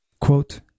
Quote